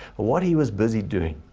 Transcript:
what he was busy doing,